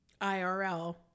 IRL